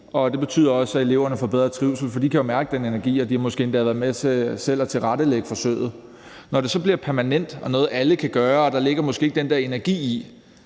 det betyder også, at eleverne får bedre trivsel, for de kan jo mærke den energi, og de har måske endda været med til selv at tilrettelægge forsøget. Når det så bliver permanent og noget, alle kan gøre, og der måske ikke ligger den der energi i